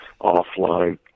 offline